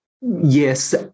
yes